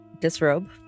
disrobe